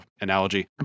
analogy